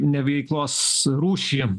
ne veiklos rūšį